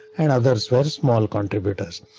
and others were small contributors.